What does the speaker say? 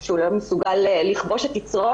שהוא לא מסוגל לכבוש את יצרו